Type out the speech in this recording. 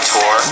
Tour